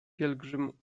pielgrzym